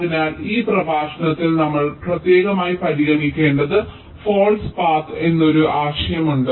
അതിനാൽ ഈ പ്രഭാഷണത്തിൽ നമ്മൾ പ്രത്യേകമായി പരിഗണിക്കേണ്ട ഫാൾസ് പാത് എന്നൊരു ആശയമുണ്ട്